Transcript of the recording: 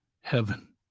heaven